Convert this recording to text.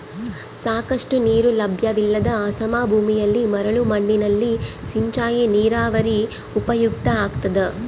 ಸಾಕಷ್ಟು ನೀರು ಲಭ್ಯವಿಲ್ಲದ ಅಸಮ ಭೂಮಿಯಲ್ಲಿ ಮರಳು ಮಣ್ಣಿನಲ್ಲಿ ಸಿಂಚಾಯಿ ನೀರಾವರಿ ಉಪಯುಕ್ತ ಆಗ್ತದ